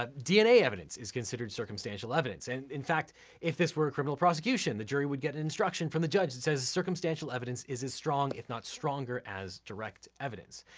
ah dna evidence is considered circumstantial evidence, and in fact if this were a criminal prosecution, the jury would get an instruction from the judge that says circumstantial evidence is as strong, if not stronger as direct evidence.